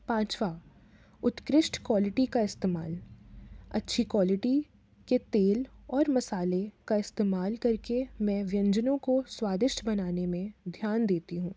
पाँचवा उत्कृष्ट क्वालिटी का इस्तेमाल अच्छी क्वालिटी के तेल और मसाले का इस्तेमाल करके मैं व्यंजनों को स्वादिष्ट बनाने में ध्यान देती हूँ